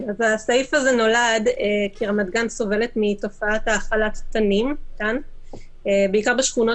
הסעיף הזה נולד מכיוון שרמת גן סובלת מתופעת האכלת תנים בעיקר בשכונות